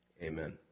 Amen